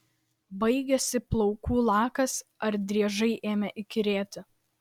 baigėsi plaukų lakas ar driežai ėmė įkyrėti